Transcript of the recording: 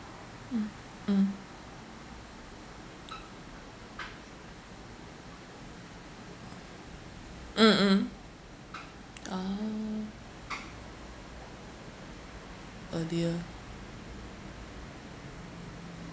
mm mm mm mm ah earlier